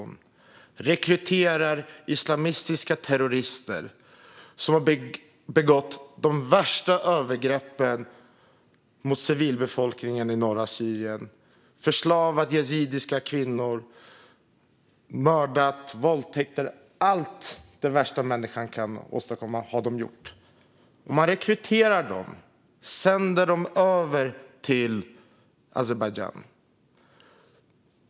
Man rekryterar islamistiska terrorister som har begått de värsta övergreppen mot civilbefolkningen i norra Syrien - förslavat yazidiska kvinnor, mördat och våldtagit. Allt det värsta människan kan åstadkomma har de gjort. Man rekryterar dem och sänder över dem till Azerbajdzjan.